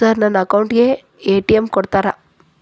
Sir ನನ್ನ account ಗೆ ATM ಕೊಡುತ್ತೇರಾ?